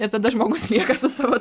ir tada žmogus lieka su savo